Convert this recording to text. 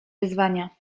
wyzwania